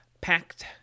packed